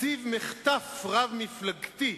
תקציב מחטף רב-מפלגתי.